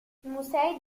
musei